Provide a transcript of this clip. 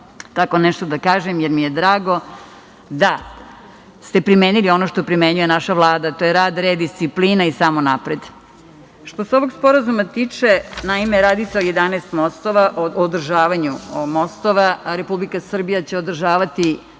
tako nešto da kažem, jer mi je drago da ste primenili ono što primenjuje naša Vlada, a to je rad, red disciplina. Samo napred. Što se ovog Sporazuma tiče, naime, radi se o 11 mostova, o održavanju mostova. Republika Srbija će održavati